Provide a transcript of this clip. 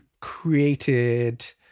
created